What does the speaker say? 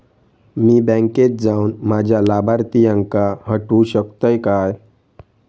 मी बँकेत जाऊन माझ्या लाभारतीयांका हटवू शकतय काय?